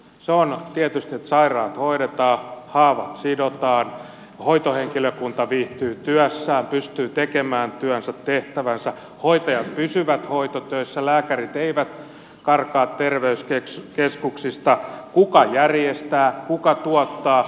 se on tietysti se että sairaat hoidetaan haavat sidotaan hoitohenkilökunta viihtyy työssään pystyy tekemään työnsä tehtävänsä hoitajat pysyvät hoitotöissä lääkärit eivät karkaa terveyskeskuksista kuka järjestää kuka tuottaa ja kuka rahoittaa